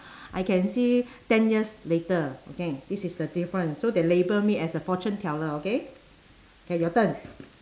I can see ten years later okay this is the difference so they label me as a fortune teller okay K your turn